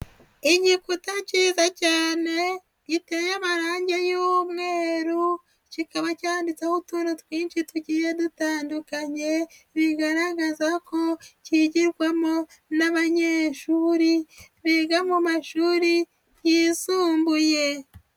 Igikuta kizacyane, giteye y'umweru, kikaba cyanditseho utuntu twinsi tugiye dutandukanye, bigaragaza ko kigirwamo n'abanyeshuri biga mu mashuri yisumbuye.